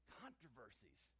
controversies